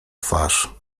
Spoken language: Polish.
twarz